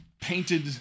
painted